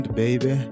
baby